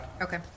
Okay